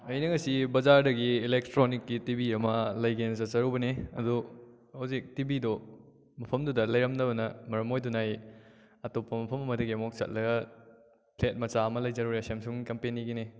ꯑꯩꯅ ꯉꯁꯤ ꯕꯥꯖꯥꯔꯗꯒꯤ ꯑꯦꯂꯦꯛꯇ꯭ꯔꯣꯅꯤꯛꯀꯤ ꯇꯤ ꯕꯤ ꯑꯃ ꯂꯩꯒꯦꯅ ꯆꯠꯆꯔꯨꯕꯅꯤ ꯑꯗꯣ ꯍꯧꯖꯤꯛ ꯇꯤ ꯕꯤꯗꯣ ꯃꯐꯝꯗꯨꯗ ꯂꯩꯔꯝꯗꯕꯅ ꯃꯔꯝ ꯑꯣꯏꯗꯨꯅ ꯑꯩ ꯑꯇꯣꯞꯄ ꯃꯐꯝ ꯑꯃꯗꯒꯤ ꯑꯃꯨꯛ ꯆꯠꯂꯒ ꯊ꯭ꯔꯦꯠ ꯃꯆꯥ ꯑꯃ ꯂꯩꯖꯔꯨꯔꯦ ꯁꯦꯝꯁꯨꯡ ꯀꯝꯄꯦꯅꯤꯒꯤꯅꯤ